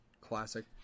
classic